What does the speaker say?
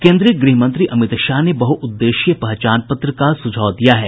केन्द्रीय ग्रहमंत्री अमित शाह ने बहुउद्देश्यीय पहचान पत्र का सुझाव दिया है